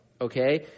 Okay